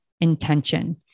intention